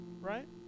right